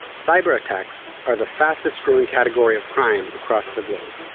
cyber attacks are the fastest growing category of crime across the globe